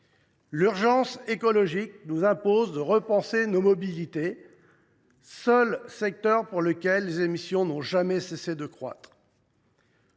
L’urgence écologique nous impose de repenser nos mobilités, seul secteur pour lequel les émissions n’ont jamais cessé de croître.